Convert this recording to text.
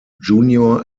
junior